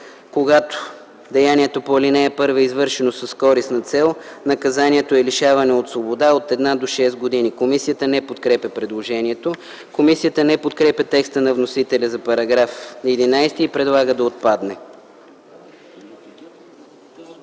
Когато деянието по ал. 1 е извършено с користна цел, наказанието е лишаване от свобода от една до шест години.” Комисията не подкрепя предложението. Комисията не подкрепя текста на вносителя за § 11 и предлага да отпадне.